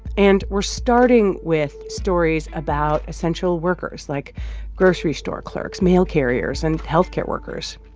and we're starting with stories about essential workers like grocery store clerks, mail carriers and health care workers.